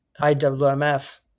IWMF